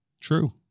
true